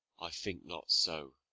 i think not so